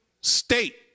state